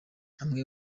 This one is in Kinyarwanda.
amwe